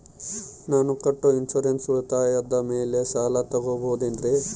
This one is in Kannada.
ನಾನು ಕಟ್ಟೊ ಇನ್ಸೂರೆನ್ಸ್ ಉಳಿತಾಯದ ಮೇಲೆ ಸಾಲ ತಗೋಬಹುದೇನ್ರಿ?